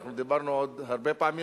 אנחנו דיברנו עוד הרבה פעמים,